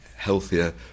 Healthier